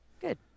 Good